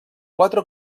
quatre